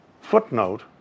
footnote